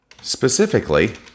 Specifically